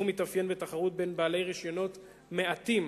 התחום מתאפיין בתחרות בין בעלי רשיונות מעטים,